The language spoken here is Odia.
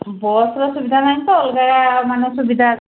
ବସ୍ର ସୁବିଧା ନାହିଁ ତ ଅଲଗା ମାନେ ସୁବିଧା